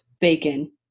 bacon